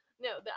no